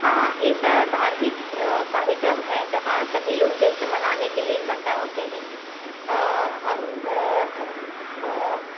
हाँ ऐसा धार्मिक कार्यक्रम है जहाँ सभी लोग जश्न मनाने के लिए इकठ्ठा होते हैं हम